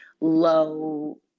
low